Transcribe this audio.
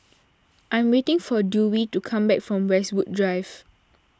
I am waiting for Dewey to come back from Westwood Drive